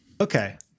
Okay